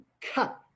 Cut